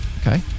okay